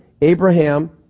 Abraham